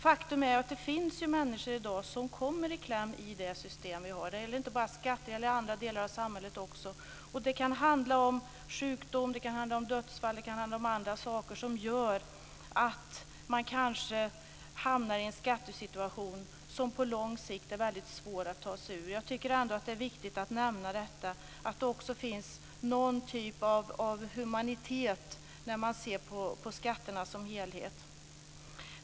Faktum är att det finns människor i dag som kommer i kläm i det system som vi har. Det gäller inte bara skatter utan även på andra områden i samhället. Det kan handla om sjukdom, dödsfall och andra saker som gör att man hamnar i en skattesituation som på lång sikt är väldigt svår att ta sig ur. Jag tycker att det är viktigt att nämna att det också finns någon typ av humanitet i synen på skatterna som helhet.